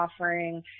offering